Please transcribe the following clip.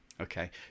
Okay